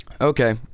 Okay